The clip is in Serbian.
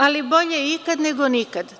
Ali, bolje ikad, nego nikad.